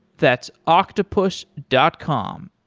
that's octopus dot com,